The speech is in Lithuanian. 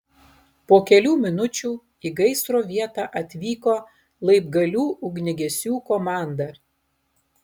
po kelių minučių į gaisro vietą atvyko laibgalių ugniagesių komanda